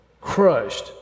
crushed